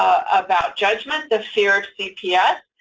about judgment, the fear of cps,